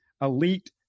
elite